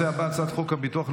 נעבור לנושא הבא, הצעת חוק הבנקאות